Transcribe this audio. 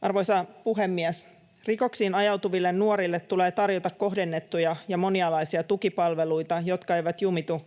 Arvoisa puhemies! Rikoksiin ajautuville nuorille tulee tarjota kohdennettuja ja moni-alaisia tukipalveluita, jotka eivät jumitu